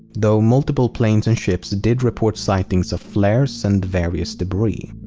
though multiple planes and ships did report sightings of flares and various debris.